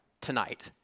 tonight